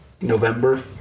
November